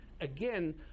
Again